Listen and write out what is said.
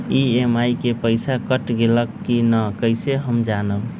EMI के पईसा कट गेलक कि ना कइसे हम जानब?